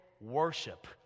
worship